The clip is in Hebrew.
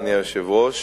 אדוני היושב-ראש,